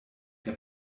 què